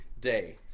day